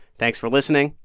thanks for listening.